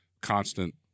constant